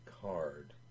card